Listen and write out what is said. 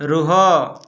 ରୁହ